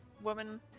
woman